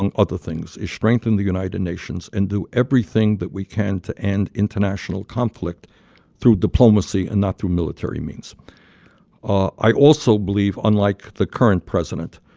and other things, is strengthen the united nations and do everything that we can to end international conflict through diplomacy and not through military means i also believe, unlike the current president,